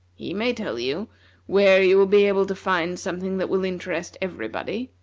he may tell you where you will be able to find something that will interest everybody,